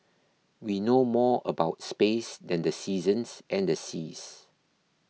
we know more about space than the seasons and the seas